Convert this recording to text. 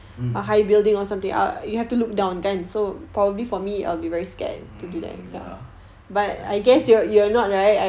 mm mm ya lah I see